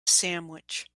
sandwich